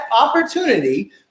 opportunity